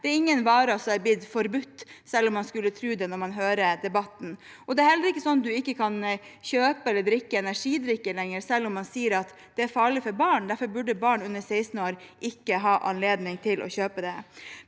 Det er ingen varer som er blitt forbudt, selv om man skulle tro det når man hører debatten. Det er heller ikke slik at man ikke kan kjøpe eller drikke energidrikker lenger, selv om man sier at det er farlig for barn, og at barn under 16 år derfor ikke burde ha anledning til å kjøpe det.